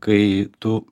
kai tu